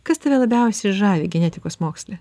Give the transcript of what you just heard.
kas tave labiausiai žavi genetikos moksle